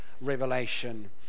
revelation